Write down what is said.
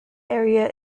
area